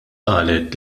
qalet